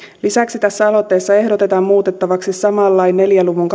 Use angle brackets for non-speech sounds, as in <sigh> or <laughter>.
lisäksi tässä aloitteessa ehdotetaan muutettavaksi saman lain neljän luvun <unintelligible>